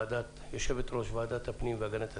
יושבת ראש ועדת הפנים והגנת הסביבה,